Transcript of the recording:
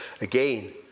again